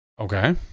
Okay